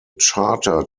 charter